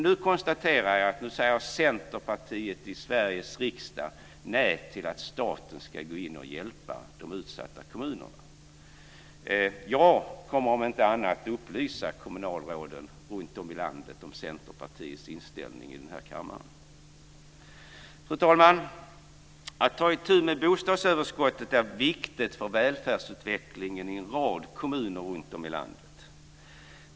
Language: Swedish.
Nu konstaterar jag att Centerpartiet i Sveriges riksdag säger nej till att staten ska gå in och hjälpa de utsatta kommunerna. Jag kommer att upplysa kommunalråden runtom i landet om den inställning Centerpartiet har här i kammaren. Fru talman! Att ta itu med bostadsöverskottet är viktigt för välfärdsutvecklingen i en rad kommuner runtom i landet.